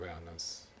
awareness